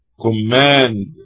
command